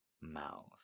mouth